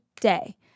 day